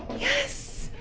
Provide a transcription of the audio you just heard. yes.